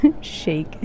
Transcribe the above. shake